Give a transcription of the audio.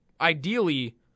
ideally